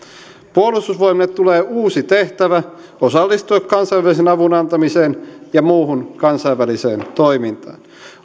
puolustusvoimille tulee uusi tehtävä osallistua kansainvälisen avun antamiseen ja muuhun kansainväliseen toimintaan